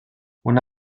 una